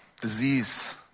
disease